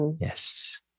Yes